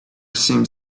seemed